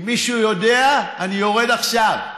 אם מישהו יודע, אני יורד עכשיו.